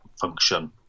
function